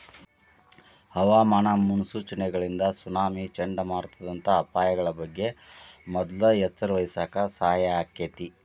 ಹವಾಮಾನ ಮುನ್ಸೂಚನೆಗಳಿಂದ ಸುನಾಮಿ, ಚಂಡಮಾರುತದಂತ ಅಪಾಯಗಳ ಬಗ್ಗೆ ಮೊದ್ಲ ಎಚ್ಚರವಹಿಸಾಕ ಸಹಾಯ ಆಕ್ಕೆತಿ